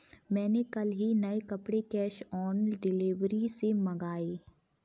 मैंने कल ही नए कपड़े कैश ऑन डिलीवरी से मंगाए